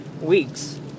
weeks